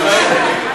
ואנחנו עוברים להצבעה.